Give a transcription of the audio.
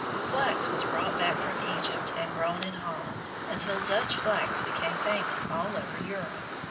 flax was brought back from egypt and grown in holland, until dutch flax became famous all over europe.